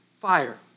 fire